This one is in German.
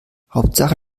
hauptsache